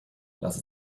lass